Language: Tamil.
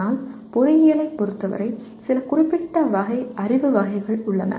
ஆனால் பொறியியலைப் பொறுத்தவரை சில குறிப்பிட்ட வகை அறிவு வகைகள் உள்ளன